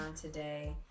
today